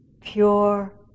pure